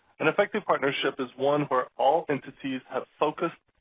an effective partnership is one where all entities have focused